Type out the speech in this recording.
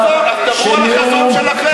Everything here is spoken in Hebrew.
אז דברו על החזון שלכם.